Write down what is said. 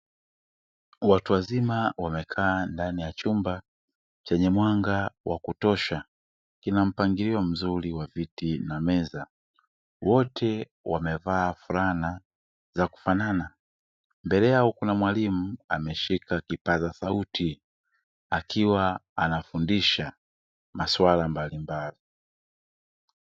Watu wazima wamekaa ndani ya chumba chenye mwanga wa kutosha, kina mpangilio mzuri wa viti na meza. Wote wamevaa fulana za kufanana, mbele yao kuna mwalimu ameshika kipaza sauti, akiwa anafundisha maswala mbalimbali.